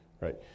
right